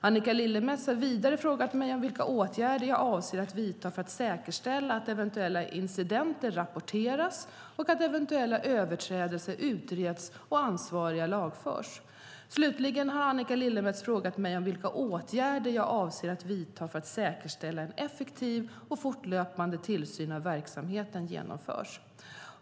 Annika Lillemets har vidare frågat mig vilka åtgärder jag avser att vidta för att säkerställa att eventuella incidenter rapporteras och att eventuella överträdelser utreds och ansvariga lagförs. Slutligen har Annika Lillemets frågat mig vilka åtgärder jag avser att vidta för att säkerställa att en effektiv och fortlöpande tillsyn av verksamheten genomförs.